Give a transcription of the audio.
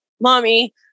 Mommy